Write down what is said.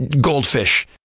goldfish